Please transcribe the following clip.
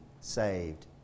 saved